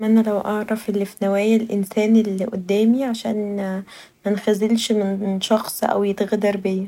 اتمني لو اعرف نوايا الانسان اللي قدامي عشان متخذلش من شخص او يتغدر بيا.